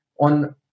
on